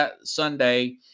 Sunday